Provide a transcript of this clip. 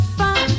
fun